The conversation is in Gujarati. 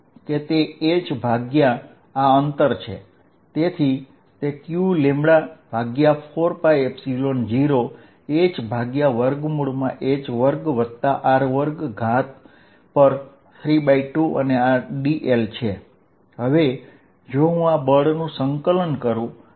હવે જો હું આ ફોર્સને ઇન્ટીગ્રેટ કરું તો મને કુલ ફોર્સ મળશે